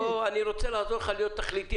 אני רוצה לעזור לך להיות תכליתי.